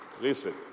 Listen